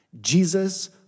Jesus